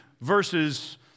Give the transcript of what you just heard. verses